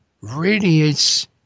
radiates